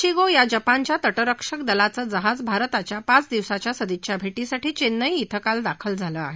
प्रिगो या जपानच्या तटरक्षक दलावं जहाज भारताच्या पाच दिवसाच्या सदिच्छा भेटीसाठी चेन्नई शें काल दाखल झालं आहे